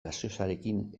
gaseosarekin